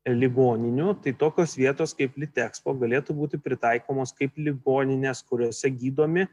ligoninių tai tokios vietos kaip litexpo galėtų būti pritaikomos kaip ligoninės kuriose gydomi